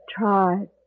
tried